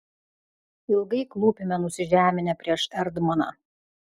ilgai klūpime nusižeminę prieš erdmaną